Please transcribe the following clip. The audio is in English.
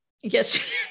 yes